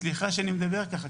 סליחה שאני מדבר ככה.